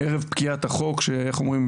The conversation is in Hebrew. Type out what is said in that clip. ערב פקיעת החוק שאיך אומרים,